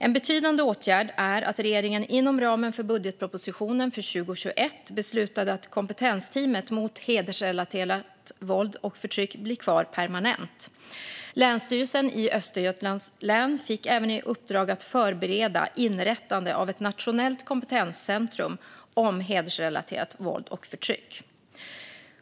En betydande åtgärd är att regeringen inom ramen för budgetpropositionen för 2021 beslutade att kompetensteamet mot hedersrelaterat våld och förtryck blir kvar permanent. Länsstyrelsen i Östergötlands län fick även i uppdrag att förbereda inrättande av ett nationellt kompetenscentrum om hedersrelaterat våld och förtryck.